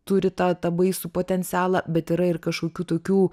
turi tą tą baisų potencialą bet yra ir kažkokių tokių